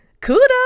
Kudos